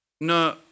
No